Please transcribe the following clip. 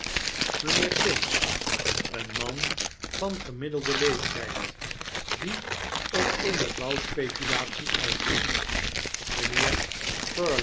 mijnheer sims een man van gemiddelden leeftyd die op eene bouwspeculatie uitging mijnheer